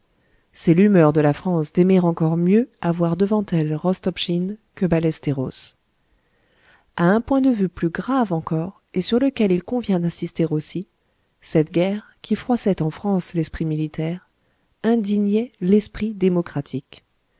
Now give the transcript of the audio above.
c'est l'humeur de la france d'aimer encore mieux avoir devant elle rostopchine que ballesteros à un point de vue plus grave encore et sur lequel il convient d'insister aussi cette guerre qui froissait en france l'esprit militaire indignait l'esprit démocratique